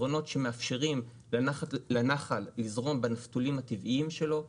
פתרונות שמאפשרים לנחל לזרום בנפתולים הטבעיים שלו,